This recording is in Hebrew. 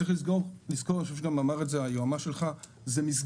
צריך לזכור שזאת מסגרת.